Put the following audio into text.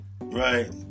Right